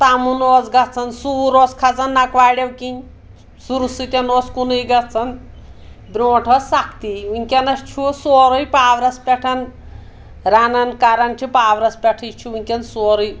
تَمُن اوس گَژھان سوٗر اوس کھَسان نَکواریو کِنۍ سوٗرٕ سۭتۍ اوس کُنُے گَژھان برونٹھ ٲسۍ سختی وٕنکیٚنَس چھُ سورُے پاورَس پؠٹھ رَنان کَران چھِ پاورَس پؠٹھٕے چھ وٕنکؠن سورُے